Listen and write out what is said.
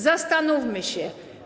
Zastanówmy się.